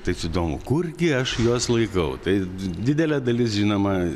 taip įdomu kurgi aš juos laikau tai didelė dalis žinoma